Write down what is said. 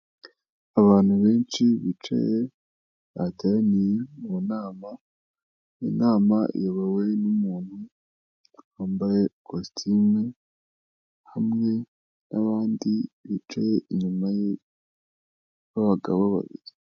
Abantu benshi bicaye, bateraniye mu nama, inama iyobowe n'umuntu wambaye kositime, hamwe n'abandi bicaye inyuma ye, b'abagabo babiri.